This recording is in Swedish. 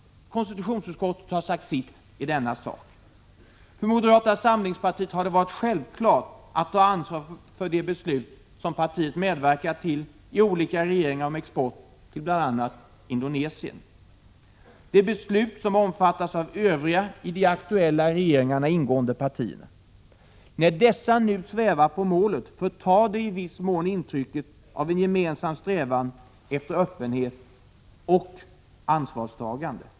Konstitutionsutskottet har sagt sitt i denna sak. För moderata samlingspartiet har det varit självklart att ta ansvar för de beslut som partiet i olika regeringar har medverkat till om export till bl.a. Indonesien. Det är beslut som omfattas av övriga i de aktuella regeringarna ingående partierna. När dessa nu svävar på målet förtar det i viss mån intrycket av en gemensam strävan efter öppenhet och ansvarstagande.